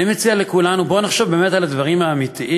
אני מציע לכולנו: בואו נחשוב באמת על הדברים האמיתיים,